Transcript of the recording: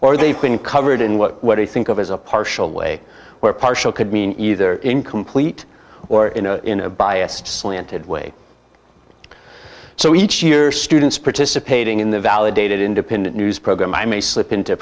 or they've been covered in what they think of as a partial way or partial could mean either incomplete or in a in a biased slanted way so each year students participating in the validated independent news program i may slip into